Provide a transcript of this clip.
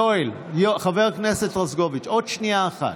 יואל, חבר הכנסת רזבוזוב, עוד שנייה אחת.